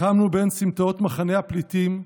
לחמנו בין סמטאות מחנה הפליטים,